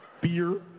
beer